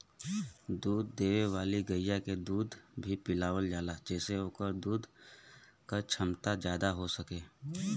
दूध देवे वाली गइया के दूध भी पिलावल जाला जेसे ओकरे दूध क छमता जादा हो सके